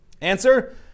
Answer